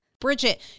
Bridget